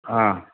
हां